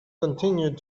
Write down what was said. continued